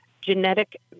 genetic